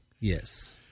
Yes